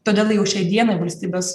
todėl jau šiai dienai valstybės